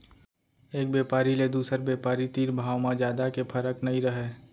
एक बेपारी ले दुसर बेपारी तीर भाव म जादा के फरक नइ रहय